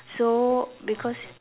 so because